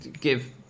give